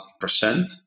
percent